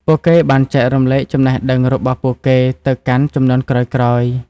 ពួកគេបានចែករំលែកចំណេះដឹងរបស់ពួកគេទៅកាន់ជំនាន់ក្រោយៗ។